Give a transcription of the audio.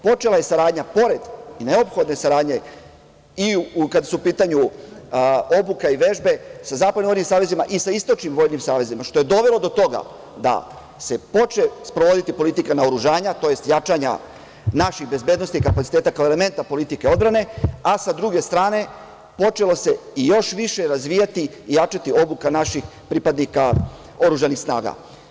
Počela je saradnja, pored neophodne saradnje i kada su u pitanju obuka i vežbe sa zapadno-vojnim savezima, i sa istočnim vojnim savezima, što je dovelo do toga da se počne sprovoditi politika naoružanja tj. jačanja naših bezbednosnih kapaciteta, kao elementa politike odbrane, a sa druge strane počelo se još više razvijati i jačati obuka naših pripadnika oružanih snaga.